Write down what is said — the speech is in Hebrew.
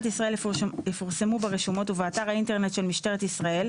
ישראל יפורסמו ברשומות ובאתר האינטרנט של משטרת ישראל,